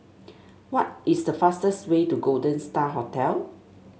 what is the fastest way to Golden Star Hotel